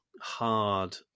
hard